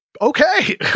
okay